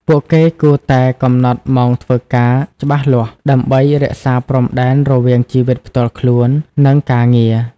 ពួកគេគួរតែ កំណត់ម៉ោងធ្វើការច្បាស់លាស់ ដើម្បីរក្សាព្រំដែនរវាងជីវិតផ្ទាល់ខ្លួន និងការងារ។